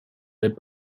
light